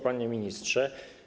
Panie Ministrze!